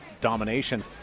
domination